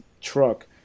truck